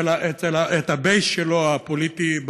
את ה-base הפוליטי שלו,